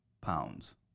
pounds